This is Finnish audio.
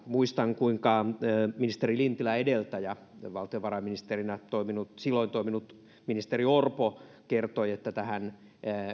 muistan kuinka ministeri lintilän edeltäjä valtiovarainministerinä silloin toiminut ministeri orpo kertoi että tähän